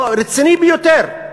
רציני ביותר,